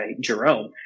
Jerome